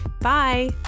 Bye